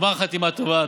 גמר חתימה טובה.